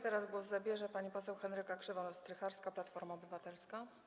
Teraz głos zabierze pani poseł Henryka Krzywonos-Strycharska, Platforma Obywatelska.